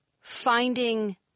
finding –